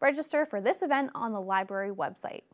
register for this event on the library website